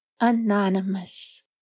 Anonymous